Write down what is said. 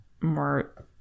more